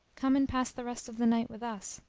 come and pass the rest of the night with us,